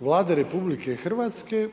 Vlade RH,